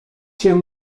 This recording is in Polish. się